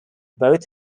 both